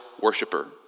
worshiper